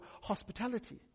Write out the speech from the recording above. hospitality